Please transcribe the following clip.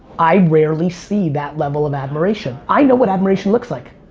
i rarely see that level of admiration. i know what admiration looks like.